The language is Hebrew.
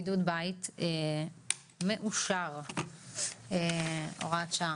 הצבעה אושר בידוד בית מאושר, הוראת שעה.